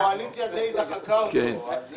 וגם הקואליציה די דחקה אותו.